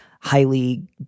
highly